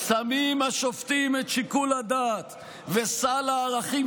"שמים השופטים את שיקול הדעת וסל הערכים